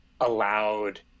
allowed